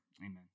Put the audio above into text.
amen